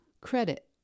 credit